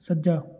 ਸੱਜਾ